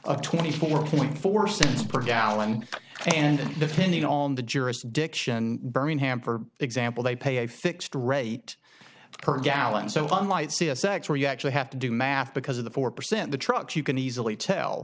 of twenty four point four cents per gallon and defending on the jurisdiction birmingham for example they pay a fixed rate per gallon so on light c s x where you actually have to do math because of the four percent the trucks you can easily tell